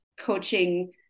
coaching